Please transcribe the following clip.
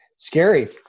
scary